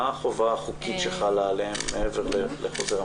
מה החובה החוקית שחלה עליהן מעבר לחוזר המנכ"ל?